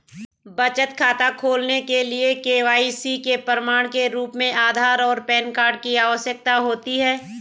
बचत खाता खोलने के लिए के.वाई.सी के प्रमाण के रूप में आधार और पैन कार्ड की आवश्यकता होती है